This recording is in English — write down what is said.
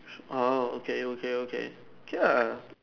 oh okay okay okay okay ah